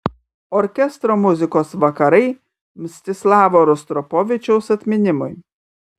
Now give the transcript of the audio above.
orkestro muzikos vakarai mstislavo rostropovičiaus atminimui